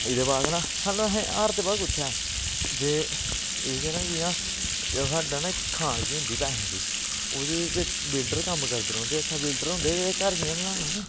एह्दे बाद ना सानूं असें हारदे पता कु'त्थैं आं जे एह्दे च ना जि'यां साढ़ा ना इक खान जेही होंदी पैहें दी ओह्दे च बिल्डर कम्म करदे रौंह्दे अच्छा बिल्डर होंदे ते घर जि'यां बनाना नी